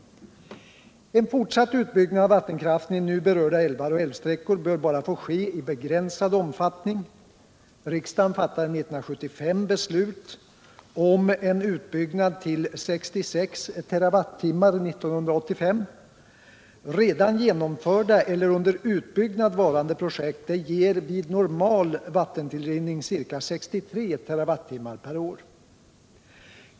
En fortsatt utbyggnad av vattenkraften i nu berörda älvar och älvsträckor bör bara få ske i begränsad omfattning. Riksdagen fattade 1975 beslut om en utbyggnad till 66 TWh 1985. Redan genomförda eller under utbyggnad varande projekt ger vid normal vattentillrinning ca 63 TWh per år.